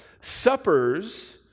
suppers